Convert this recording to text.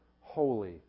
holy